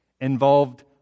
involved